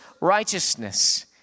righteousness